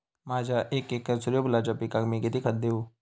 माझ्या एक एकर सूर्यफुलाच्या पिकाक मी किती खत देवू?